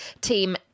team